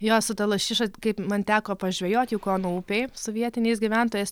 jo su ta lašiša kaip man teko pažvejot jukono upėj su vietiniais gyventojais